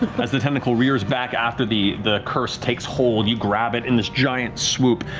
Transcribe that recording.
as the tentacle rears back after the the curse takes hold, you grab it in this giant swoop,